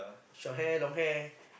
short hair long hair